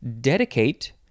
Dedicate